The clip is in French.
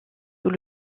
sous